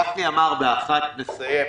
גפני אמר שב-13:00 נסיים.